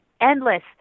endless